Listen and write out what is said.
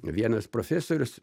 vienas profesorius